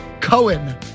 Cohen